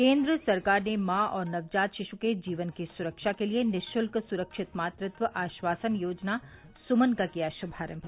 केन्द्र सरकार ने मां और नवजात शिशु के जीवन की सुरक्षा के लिए निशुल्क सुरक्षित मातृत्व आश्वासन योजना सुमन का किया शुभारंभ